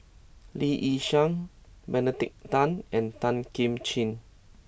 Lee Yi Shyan Benedict Tan and Tan Kim Ching